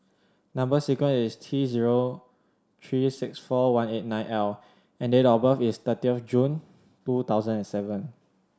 number sequence is T zero three six four one eight nine L and date of birth is thirtieth of June two thousand and seven